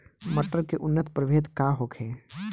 मटर के उन्नत प्रभेद का होखे?